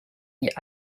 die